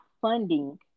funding